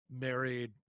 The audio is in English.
Married